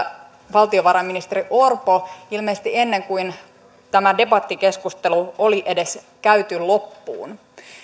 valtiovarainministeri orpo ilmeisesti ennen kuin tämä debattikeskustelu oli edes käyty loppuun